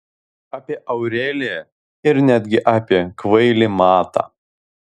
apie aureliją ir netgi apie kvailį matą